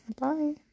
bye